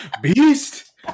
Beast